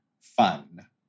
fun